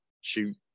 shoot